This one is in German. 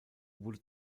wurde